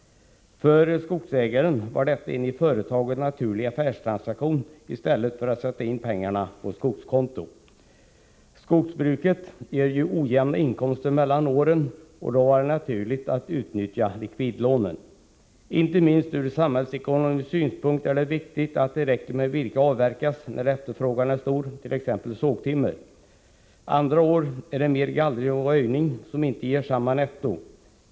För skogsägaren var detta en i företaget naturlig affärstransaktion, i stället för att sätta in pengarna på skogskonto. Skogsbruket ger ojämna inkomster mellan åren, och då var det naturligt att utnyttja likvidlånen. Inte minst ur samhällsekonomisk synpunkt är det viktigt att tillräckligt med virke avverkas när efterfrågan är stor, t.ex. på sågtimmer. Andra år är det mer gallring och röjning, som inte ger samma netto.